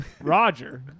Roger